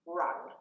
run